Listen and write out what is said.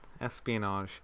espionage